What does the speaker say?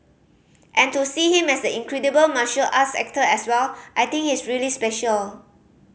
and to see him as the incredible martial arts actor as well I think he's really special